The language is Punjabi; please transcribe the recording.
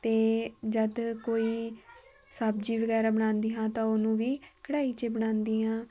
ਅਤੇ ਜਦ ਕੋਈ ਸਬਜ਼ੀ ਵਗੈਰਾ ਬਣਾਉਂਦੀ ਹਾਂ ਤਾਂ ਉਹਨੂੰ ਵੀ ਕੜਾਈ ਚੇ ਬਣਾਉਂਦੀ ਹਾਂ